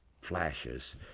flashes